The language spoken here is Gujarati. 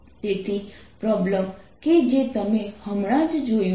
તેથી આ પ્રોબ્લેમ નંબર 3 નો જવાબ છે